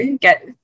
get